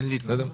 בסדר?